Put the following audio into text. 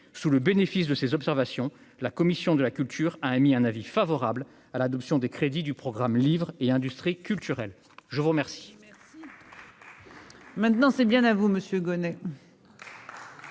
sous le bénéfice de ces observations, la commission de la culture, a émis un avis favorable à l'adoption des crédits du programme livre et industries culturelles, je vous remercie.